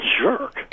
jerk